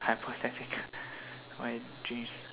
hypothetical why dreams